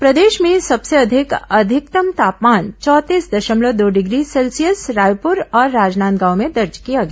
प्रदेश में सबसे अधिक अधिकतम तापमान चौंतीस दशमलव दो डिग्री सेल्सियस रायपूर और राजनांदगांव में देर्ज किया गया